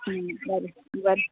ಹ್ಞೂ ಬನ್ರಿ ಬನ್ರಿ